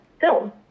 film